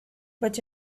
but